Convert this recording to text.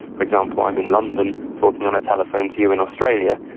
for example, i'm in london talking on a telephone to you in australia,